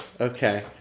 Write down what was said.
Okay